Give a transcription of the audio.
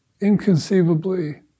inconceivably